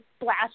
splash